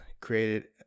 created